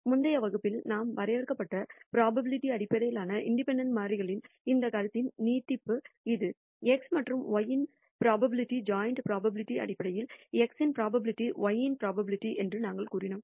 முந்தைய வகுப்பில் நாம் வரையறுக்கப்பட்ட புரோபாபிலிடி அடிப்படையில் இண்டிபெண்டெண்ட் மாறிகளின் இந்த கருத்தின் நீட்டிப்பு இது x மற்றும் y இன் புரோபாபிலிடி ஜாயிண்ட் புரோபாபிலிடி அடிப்படையில் x இன் புரோபாபிலிடி y இன் புரோபாபிலிடி என்று நாங்கள் கூறினோம்